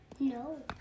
No